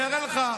אני אראה לך,